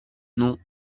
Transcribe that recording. non